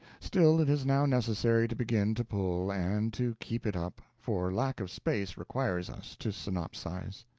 still, it is now necessary to begin to pull, and to keep it up for lack of space requires us to synopsize.